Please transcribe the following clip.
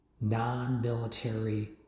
non-military